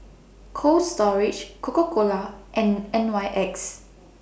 Cold Storage Coca Cola and N Y X